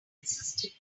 insisted